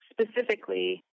specifically